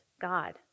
God